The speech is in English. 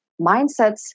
mindsets